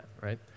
right